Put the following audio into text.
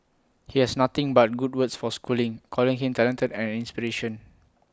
he has nothing but good words for schooling calling him talented and inspiration